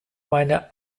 meine